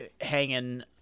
hanging